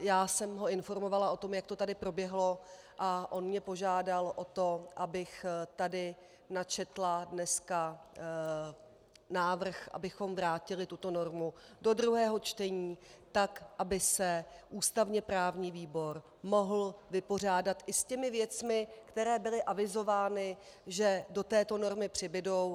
Já jsem ho informovala o tom, jak to tady proběhlo, a on mě požádal o to, abych tady načetla dneska návrh, abychom vrátili tuto normu do druhého čtení, tak aby se ústavněprávní výbor mohl vypořádat i s těmi věcmi, které byly avizovány, že do této normy přibudou.